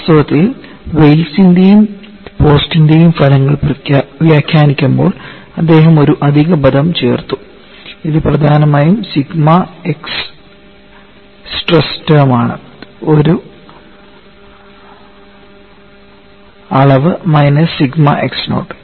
വാസ്തവത്തിൽ വെൽസിന്റെയും പോസ്റ്റിന്റെയും ഫലങ്ങൾ വ്യാഖ്യാനിക്കുമ്പോൾ അദ്ദേഹം ഒരു അധിക പദം ചേർത്തു ഇത് പ്രധാനമായും സിഗ്മ x സ്ട്രെസ് ടേം ആണ് ഒരു അളവ് മൈനസ് സിഗ്മ നോട്ട് x